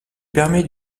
permet